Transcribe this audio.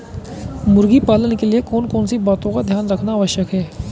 मुर्गी पालन के लिए कौन कौन सी बातों का ध्यान रखना आवश्यक है?